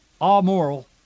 all-moral